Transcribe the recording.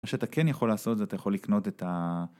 מה שאתה כן יכול לעשות זה אתה יכול לקנות את ה...